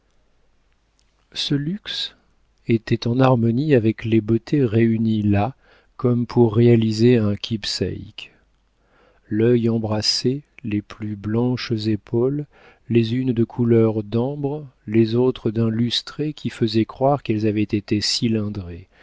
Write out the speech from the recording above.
ce luxe était en harmonie avec les beautés réunies là comme pour réaliser un keepsake l'œil embrassait les plus blanches épaules les unes de couleur d'ambre les autres d'un lustré qui faisait croire qu'elles avaient été cylindrées